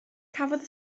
cafodd